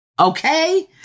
Okay